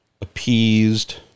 appeased